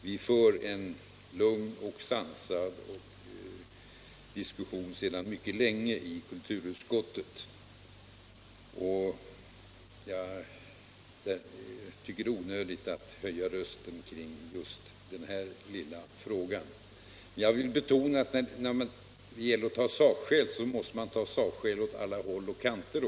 Vi för en lugn och samlad diskussion sedan mycket länge i kulturutskottet, och jag tycker det är onödigt att höja rösten kring just den här lilla frågan. När det gäller att ta sakskäl måste man ta sakskäl på alla håll och kanter.